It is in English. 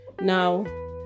Now